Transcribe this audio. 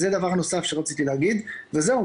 וזהו.